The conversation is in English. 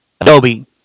Adobe